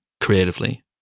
creatively